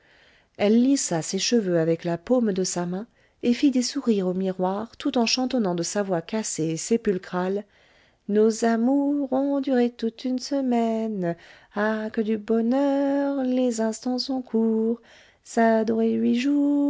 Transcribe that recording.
elle lissa ses cheveux avec la paume de sa main et fit des sourires au miroir tout en chantonnant de sa voix cassée et sépulcrale nos amours ont duré toute une semaine ah que du bonheur les instants sont courts s'adorer huit jours